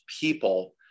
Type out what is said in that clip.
people